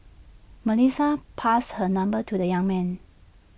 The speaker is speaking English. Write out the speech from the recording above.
Melissa passed her number to the young man